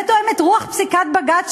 זה תואם את רוח פסיקת בג"ץ,